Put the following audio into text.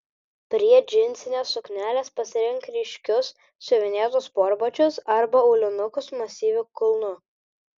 prie džinsinės suknelės pasirink ryškius siuvinėtus sportbačius arba aulinukus masyviu kulnu